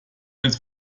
mit